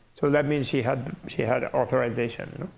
so that means she had she had authorization.